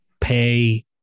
pay